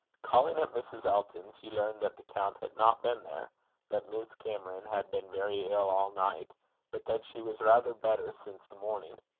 calling at mrs. elton's, he learned that the count had not been there that miss cameron had been very ill all night but that she was rather better since the morning.